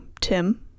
Tim